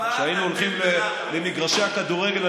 כשהיינו הולכים למגרשי הכדורגל.